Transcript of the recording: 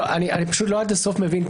אני לא עד הסוף מבין.